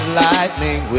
lightning